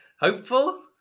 Hopeful